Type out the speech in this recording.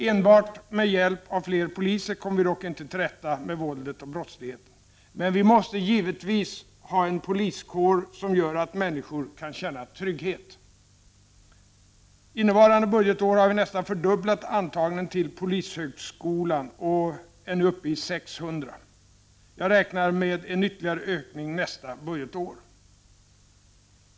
Enbart med hjälp av fler poliser kommer vi dock inte till rätta med våldet och brottsligheten, men vi måste givetvis ha en poliskår, som gör att människor kan känna trygghet. Innevarande budgetår har vi nästan fördubblat antagningen till polishögskolan och är nu uppe i 600 aspiranter. Jag räknar med en ytterligare ökning nästa budgetår.